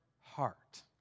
heart